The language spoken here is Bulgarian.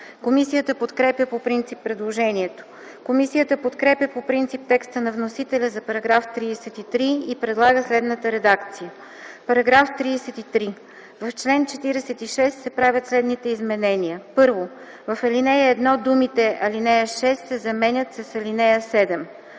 Комисията подкрепя по принцип предложението. Комисията подкрепя по принцип текста на вносителя за § 33 и предлага следната редакция: „§ 33. В чл. 46 се правят следните изменения: 1. В ал. 1 думите „ал. 6” се заменят с „ал. 7”.